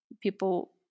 people